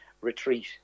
retreat